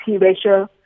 ratio